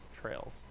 trails